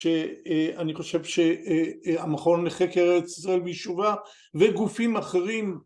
ש... אה... אני חושב ש... אה... אה... המכון לחקר ארץ ישראל וישובה וגופים אחרים